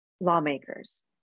lawmakers